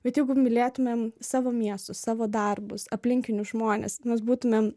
bet jeigu mylėtumėm savo miestu savo darbus aplinkinius žmones mes būtumėm